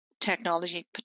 technology